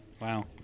Wow